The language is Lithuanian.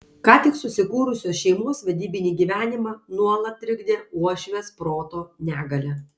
ką tik susikūrusios šeimos vedybinį gyvenimą nuolat trikdė uošvės proto negalia